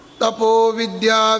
Tapovidya